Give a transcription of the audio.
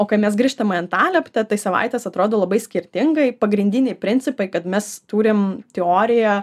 o kai mes grįžtam į antalieptę tai savaitės atrodo labai skirtingai pagrindiniai principai kad mes turim teoriją